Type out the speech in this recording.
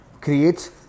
creates